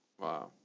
Wow